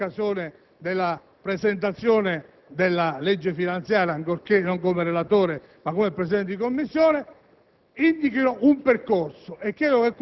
lui dimostrato in quest'Aula anche in occasione della presentazione della legge finanziaria, ancorché non come relatore, ma come Presidente di Commissione,